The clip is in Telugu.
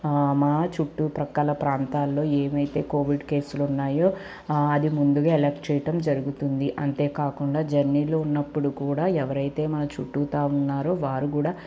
మా చుట్టు ప్రక్కల ప్రాంతాల్లో ఏవైతే కోవిడ్ కేసులు ఉన్నాయో అది ముందుగా ఎలక్ట్ చేయటం జరుగుతుంది అంతేకాకుండా జర్నీలో ఉన్నప్పుడు కూడా ఎవరైతే మన చుట్టు ఉన్నారో వారు కూడా